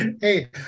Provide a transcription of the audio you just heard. Hey